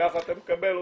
וכך אתה מקבל אותו.